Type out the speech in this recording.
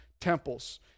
temples